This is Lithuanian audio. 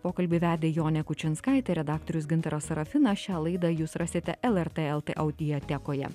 pokalbį vedė jonė kučinskaitė redaktorius gintaras sarafinas šią laidą jūs rasite lrt el t audiotekoje